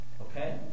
Okay